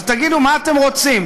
אז תגידו, מה אתם רוצים?